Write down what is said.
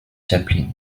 chaplin